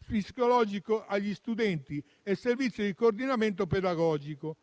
psicologico agli studenti e il servizio di coordinamento pedagogico,